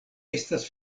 estas